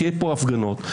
יהיו הפגנות.